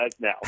now